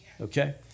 okay